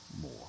more